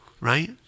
right